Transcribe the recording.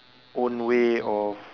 own way of